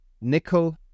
nickel